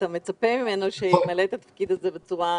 אתה מצפה ממנו שימלא את התפקיד הזה בצורה טובה.